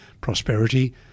prosperity